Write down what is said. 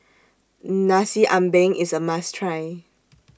Nasi Ambeng IS A must Try